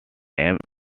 aimed